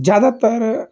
ज़्यादातर